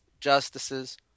justices